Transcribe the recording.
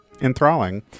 Enthralling